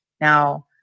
Now